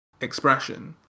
expression